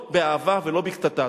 באהבה, ולא בקטטה.